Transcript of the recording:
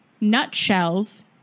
nutshells